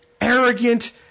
arrogant